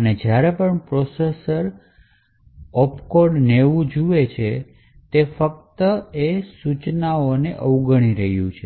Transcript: અને જ્યારે પણ પ્રોસેસર આ જુએ છે 90 નું opcode તે ફક્ત સૂચનાને અવગણી રહ્યું છે